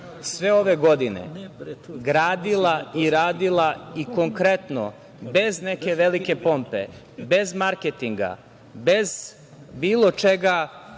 sve ove godine gradila i radila i konkretno bez neke velike pompe, bez marketinga, bez bilo čega